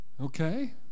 Okay